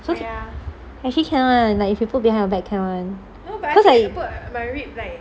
actually can one like if you put behind bars can one cause like